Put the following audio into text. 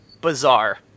bizarre